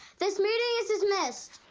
this meeting is dismissed.